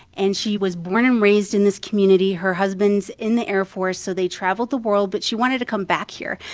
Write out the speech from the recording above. and she was born and raised in this community. her husband's in the air force, so they traveled the world. but she wanted to come back here.